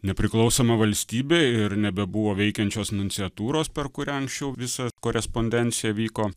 nepriklausoma valstybė ir nebebuvo veikiančios nunciatūros per kurią anksčiau visa korespondencija vyko